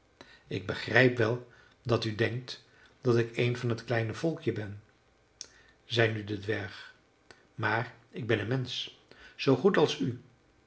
ik begrijp wel dat u denkt dat ik een van t kleine volkje ben zei nu de dwerg maar ik ben een mensch zoo goed als u